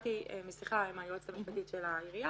משיחה עם היועצת המשפטית של העירייה